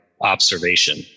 Observation